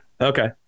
Okay